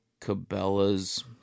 Cabela's